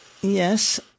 Yes